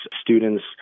students